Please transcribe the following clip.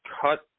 cut